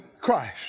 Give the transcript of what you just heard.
Christ